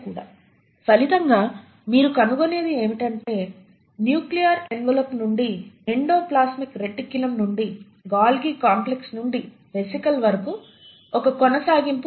ఫలితంగా మీరు కనుగొనేది ఏమిటంటే న్యూక్లియర్ ఎన్వేలోప్ నుండి ఎండోప్లాస్మిక్ రెటిక్యులం నుండి గొల్గి కాంప్లెక్స్ నుండి వెసికిల్ వరకు ఒక కొనసాగింపు ఉంది